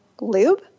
lube